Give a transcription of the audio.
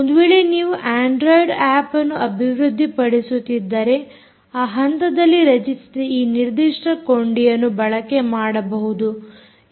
ಒಂದು ವೇಳೆ ನೀವು ಅಂಡ್ರೊಯಿಡ್ ಆಪ್ ಅನ್ನು ಅಭಿವೃದ್ದಿ ಪಡಿಸುತ್ತಿದ್ದರೆ ಆ ಹಂತದಲ್ಲಿ ರಚಿಸಿದ ಈ ನಿರ್ದಿಷ್ಟ ಕೊಂಡಿಯನ್ನು ಬಳಕೆ ಮಾಡಬಹುದು